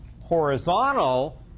horizontal